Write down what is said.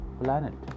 planet